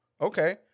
okay